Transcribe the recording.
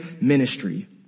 ministry